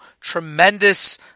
tremendous